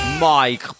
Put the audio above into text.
Mike